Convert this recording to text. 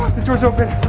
the doors open.